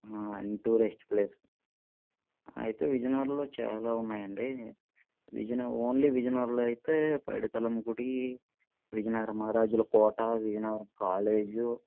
tourist place అయితే విజయనగరంలో చాలా ఉన్నాయి అండి విజయనగర ఓన్లీ విజయనగరంలో అయితే పైడితల్లమ్మ గుడి విజయనగరం మహారాజుల కోట విజయనగరం కాలేజు